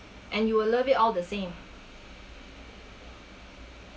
and you will love it all the same